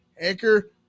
anchor